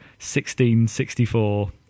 1664